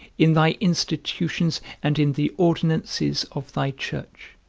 in thy institutions and in the ordinances of thy church.